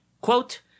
Quote